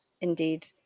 indeed